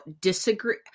disagree